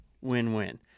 win-win